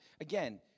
again